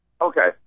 Okay